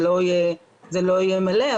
זה לא יהיה מלא,